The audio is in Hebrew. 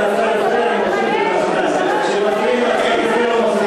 אומר חבר הכנסת כבל מה הם עשו עד היום.